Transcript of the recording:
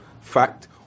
fact